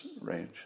range